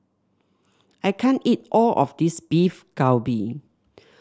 I can't eat all of this Beef Galbi